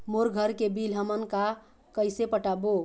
मोर घर के बिल हमन का कइसे पटाबो?